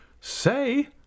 Say